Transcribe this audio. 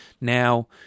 Now